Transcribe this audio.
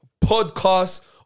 podcast